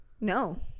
no